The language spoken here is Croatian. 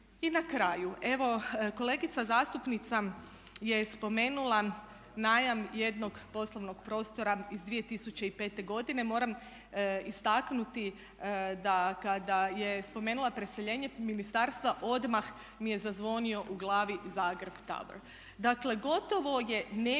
I na kraju. Evo kolegica zastupnica je spomenula najam jednog poslovnog prostora iz 2005. godine, moram istaknuti da kada je spomenula preseljenje ministarstva odmah mi je zazvonio u glavi Zagreb Tower. Dakle gotovo je